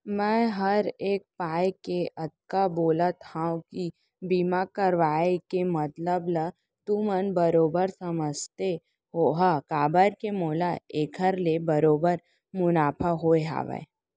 मैं हर ए पाय के अतका बोलत हँव कि बीमा करवाय के मतलब ल तुमन बरोबर समझते होहा काबर के मोला एखर ले बरोबर मुनाफा होय हवय